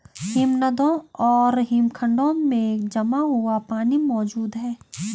हिमनदों और हिमखंडों में जमा हुआ पानी मौजूद हैं